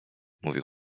mówił